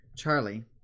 Charlie